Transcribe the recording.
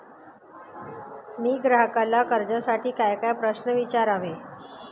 मी ग्राहकाला कर्जासाठी कायकाय प्रश्न विचारावे?